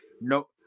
No